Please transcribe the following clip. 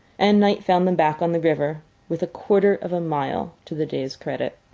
and night found them back on the river with a quarter of a mile to the day's credit.